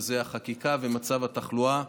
וזה החקיקה ומצב התחלואה.